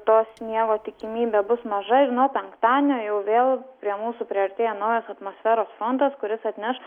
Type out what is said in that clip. to sniego tikimybė bus maža ir nuo penktadienio jau vėl prie mūsų priartėja naujas atmosferos frontas kuris atneš